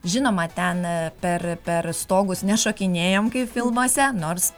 žinoma ten per per stogus nešokinėjam kaip filmuose nors